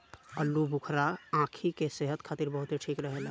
आलूबुखारा आंखी के सेहत खातिर बहुते ठीक रहेला